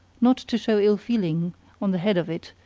not to show ill-feeling on the head of it,